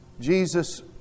Jesus